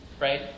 Right